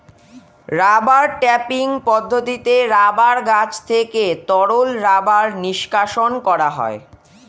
rubber tapping পদ্ধতিতে rubber গাছ থেকে তরল রাবার নিষ্কাশণ করা হয়